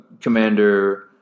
commander